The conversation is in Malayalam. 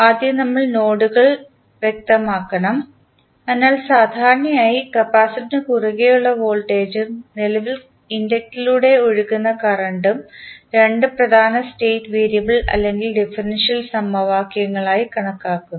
ആദ്യം നമ്മൾ നോഡുകൾ വ്യക്തമാക്കണം അതിനാൽ സാധാരണയായി കാപ്പാസിറ്റർ നു കുറുകെ ഉള്ള വോൾട്ടേജും നിലവിൽ ഇണ്ടക്ടർ ലൂടെ ഒഴുക്കുന്ന കറന്റ് ഉം രണ്ട് പ്രധാന സ്റ്റേറ്റ് വേരിയബിൾ അല്ലെങ്കിൽ ഡിഫറൻഷ്യൽ സമവാക്യങ്ങളായി കണക്കാക്കുന്നു